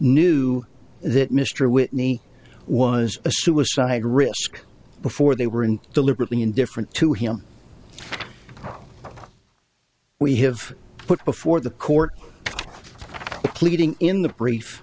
that mr whitney was a suicide risk before they were and deliberately indifferent to him we have put before the court pleading in the br